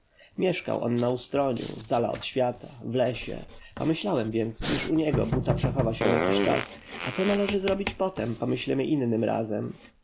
mieszkał on na ustroniu zdala od świata w lesie pomyślałem więc iż u niego buta przechowa się jakiś czas a co należy zrobić potem pomyślimy innym razem